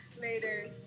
Later